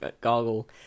goggle